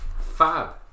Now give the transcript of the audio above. fab